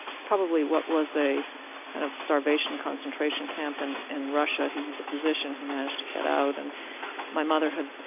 probably what was a kind of starvation, concentration camp and in russia. he was a physician he managed to get out. and my mother had